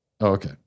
okay